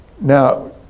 Now